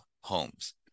homes